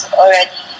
already